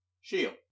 Shield